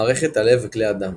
מערכת הלב וכלי הדם